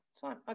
fine